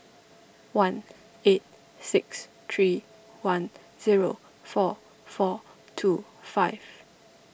one eight six three one zero four four two five